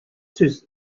сүз